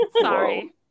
sorry